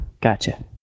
gotcha